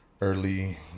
early